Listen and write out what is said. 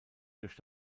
durch